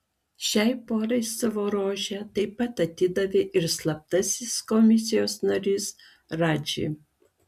šiai porai savo rožę taip pat atidavė ir slaptasis komisijos narys radži